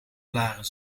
blaren